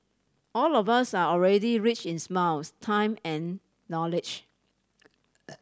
all of us are already rich in smiles time and knowledge